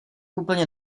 úplně